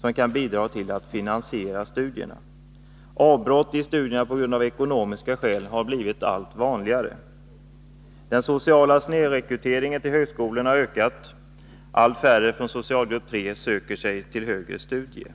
som kan bidra till att finansiera studierna. Avbrott i studierna av ekonomiska skäl har blivit allt vanligare. Den sociala snedrekryteringen till högskolorna har ökat. Allt färre från socialgrupp 3 söker sig till högre studier.